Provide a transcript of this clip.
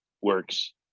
works